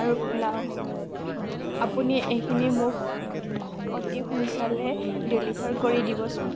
আৰু পোলাও আপুনি এইখিনি মোক অতি সোনকালে ডেলিভাৰ কৰি দিবচোন